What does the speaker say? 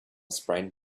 sprained